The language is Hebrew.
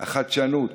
החדשנות,